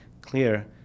clear